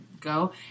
go